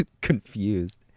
Confused